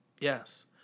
Yes